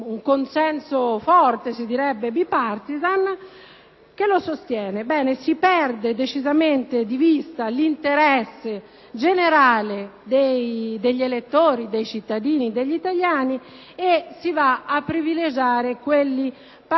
un consenso forte, *bipartisan*, che lo sostiene. Si perde decisamente di vista l'interesse generale degli elettori, dei cittadini e degli italiani e si va a privilegiare quello particolare,